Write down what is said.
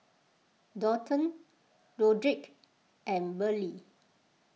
Daulton Rodrick and Burley